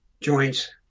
joints